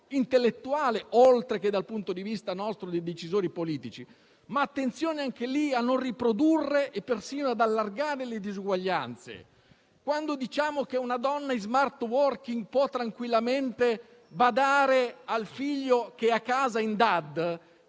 intellettuale, oltre che dal nostro punto di vista di decisori politici. Attenzione a non riprodurre e persino ad allargare le disuguaglianze. Quando diciamo che una donna in *smart working* può tranquillamente badare al figlio che è a casa in DAD,